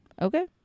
Okay